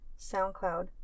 SoundCloud